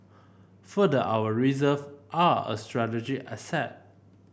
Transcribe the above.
further our reserve are a strategic asset